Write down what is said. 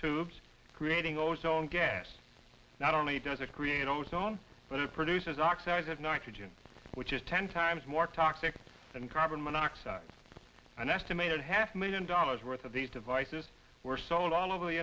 tubes creating ozone gas not only does it create ozone but it produces oxides of nitrogen which is ten times more toxic than carbon monoxide an estimated half million dollars worth of these devices were sold all over the